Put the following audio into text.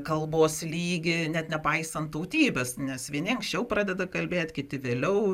kalbos lygį net nepaisant tautybės nes vieni anksčiau pradeda kalbėt kiti vėliau